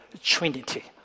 Trinity